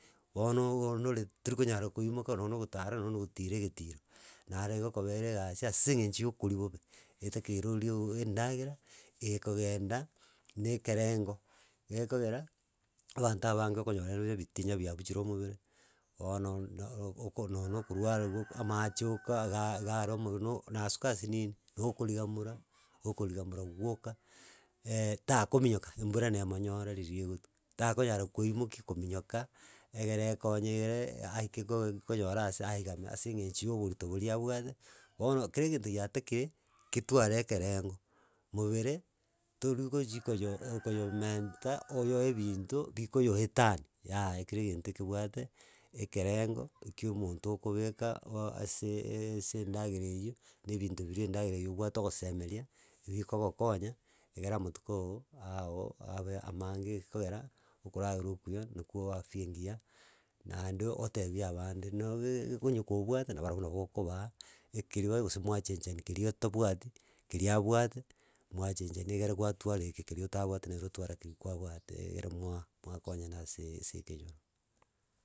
bono igo onore tori konyara koimoka nonye na ogotara nonye na ogotira egetiro, nare egokobera egasi ase eng'encho ya okoria bobe, etakeire oriewe endagera, eekogenda na ekerengo gekogera, abanto abange okonyora bare ebitinya biabuchire omobere, bono na o- o oko nonye na okorwariwa amache oka iga iga are omobno na asuka asinini, igo okorigamora ogokorigamora gwoka takominyoka embura na emonyora riria egotwa. Takonyara koimoki kominyoka, egere ekonye egere aike ko konyora ase aigame ase eng'encho ya oborito boria abwate, bono kera egento gitakire ketware ekerengo. Mobere tori gochi koyo- o koyomenta, oyoe ebinto bikoyoetani yaya, kera egento ekebwate ekerengo ekio omonto okobeka ooo aseee ase endagera eywo, na ebinto biria endagera eywo obwate ogosemeria, ebikogonya egera amatuko oo ago abe amange gekogera, okoragera okuya na kuwa efaya engiya naende otebia abande nayeee onye kobwate nabarabwo nabo okobaa ekeri bare gose mwachenchani keria otabwati keria abwate mwachenchani egere gwatwara eke kerio otabwate naye gotwara keria kwabwate egere mwa mwakonyana aseee ase ekenyoro.